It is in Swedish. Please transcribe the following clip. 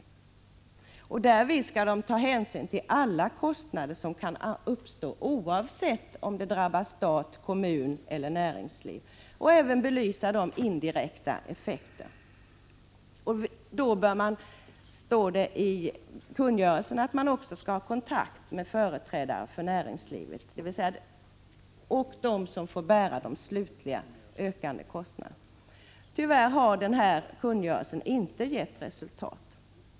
Vid kostnadsberäkningen skall myndigheterna ta hänsyn till alla kostnader som kan uppstå, oavsett om de drabbar stat, kommun eller näringsliv och även belysa de indirekta effekter som kan uppstå. Vidare skall kontakt tas med företrädare för bl.a. näringslivet, som slutligt får bära de ökade kostnaderna. Tyvärr har kungörelsen inte gett önskat resultat.